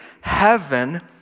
heaven